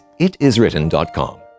itiswritten.com